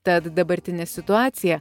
tad dabartinė situacija